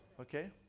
Okay